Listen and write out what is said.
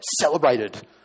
celebrated